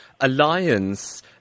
alliance